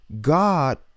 God